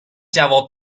جواب